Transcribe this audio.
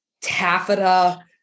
taffeta